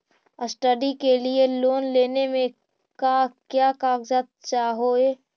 Study के लिये loan लेने मे का क्या कागजात चहोये?